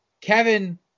Kevin